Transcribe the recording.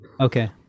Okay